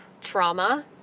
trauma